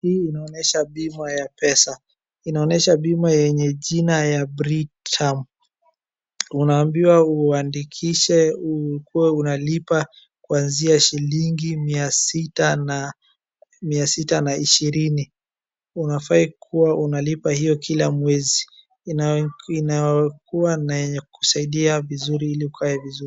Hii inaonyesha bima ya pesa inaonyesha bima yenye jina ya Britam. Unaambiwa uandikishe uwe unalipa kwanzia shilingi mia sita na ishirini, unafai kuwa unalipa hiyo kila mwezi. Inayokuwa ni yenye kukusaidia vizuri ili ukae vizuri.